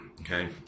okay